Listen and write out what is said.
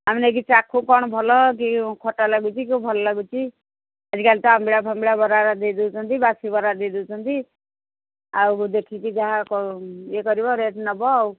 ଆମେ ନେଇକି ଚାଖୁ କ'ଣ ଭଲ କି ଖଟା ଲାଗୁଛି କି ଭଲ ଲାଗୁଛି ଆଜିକାଲି ତ ଆମ୍ବିଳା ଫାମ୍ବିଳା ବରା ଦେଇଦେଉଛନ୍ତି ବାସି ବରା ଦେଇଦେଉଛନ୍ତି ଆଉ ଦେଖିକି ଯାହା ଇଏ କରିବ ରେଟ୍ ନେବ ଆଉ